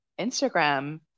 Instagram